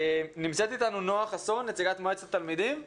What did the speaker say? נמצאת איתנו נועה חסון, נציגת מועצת התלמידים.